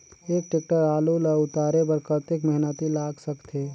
एक टेक्टर आलू ल उतारे बर कतेक मेहनती लाग सकथे?